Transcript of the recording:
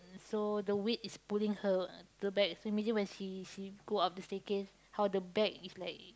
so the weight is pulling her the bag so imagine when she she go up the staircase how the bag is like